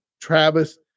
Travis